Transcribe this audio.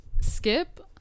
Skip